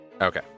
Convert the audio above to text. Okay